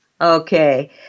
Okay